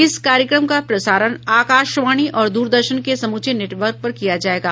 इस कार्यक्रम का प्रसारण आकाशवाणी और द्रदर्शन के समूचे नेटवर्क पर किया जायेगा